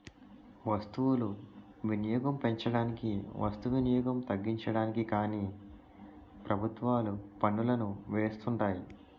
వస్తువులు వినియోగం పెంచడానికి వస్తు వినియోగం తగ్గించడానికి కానీ ప్రభుత్వాలు పన్నులను వేస్తుంటాయి